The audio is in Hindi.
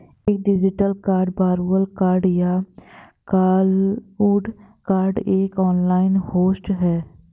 एक डिजिटल कार्ड वर्चुअल कार्ड या क्लाउड कार्ड एक ऑनलाइन होस्ट है